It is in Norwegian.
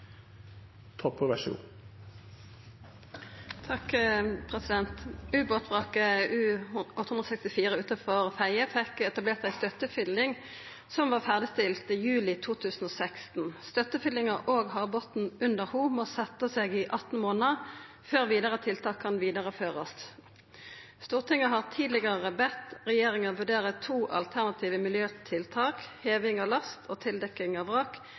etablert ei støttefylling som var ferdigstilt juli 2016. Støttefyllinga og havbotnen under ho må setje seg i 18 månader før vidare tiltak kan vidareførast. Stortinget har tidlegare bedt regjeringa vurdere to alternative miljøtiltak: heving av last og tildekking av vrak,